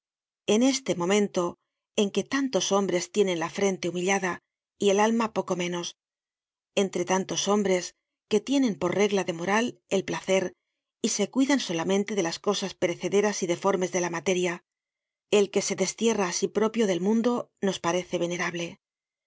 en este momento en que tantos hombres tienen la frente humillada y el alma poco menos entre tantos hombres que tienen por regla de moral el placer y se cuidan solamente de las cosas perecederas y deformes de la materia el que se destierra á sí propio del mundo nos parece venerable